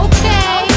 Okay